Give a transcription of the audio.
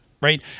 right